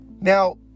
Now